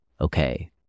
okay